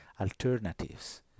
Alternatives